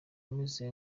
ameze